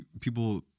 people